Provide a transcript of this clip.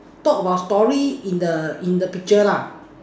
talk about story in the in the picture lah